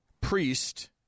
priest